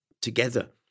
together